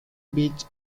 beach